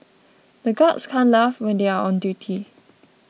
the guards can't laugh when they are on duty